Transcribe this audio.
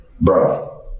bro